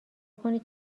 کنید